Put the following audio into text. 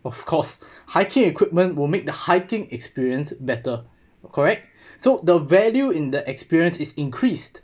of course hiking equipment will make the hiking experience better correct so the value in the experience is increased